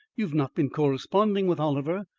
you have not been corresponding with oliver.